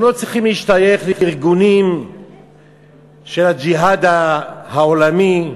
הם לא צריכים להשתייך לארגונים של "הג'יהאד העולמי"